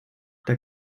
der